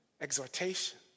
exhortation